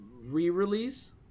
re-release